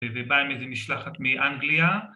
‫וב עם איזה משלחת מאנגליה.